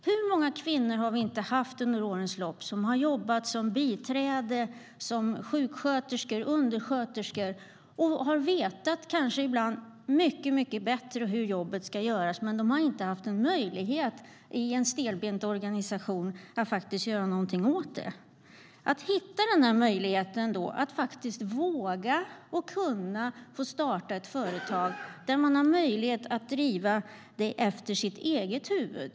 Hur många kvinnor är det inte som under årens lopp jobbat som biträden, sjuksköterskor och undersköterskor och vetat bättre hur jobbet ska göras men inte haft möjlighet i en stelbent organisation att göra något åt det? Tänk att då få möjligheten att starta ett företag som man får driva efter eget huvud.